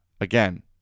Again